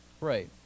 Right